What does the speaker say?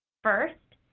first,